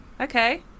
Okay